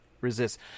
resist